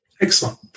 Excellent